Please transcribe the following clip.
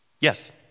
Yes